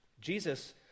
Jesus